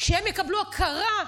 שהן יקבלו הכרה.